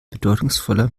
bedeutungsvoller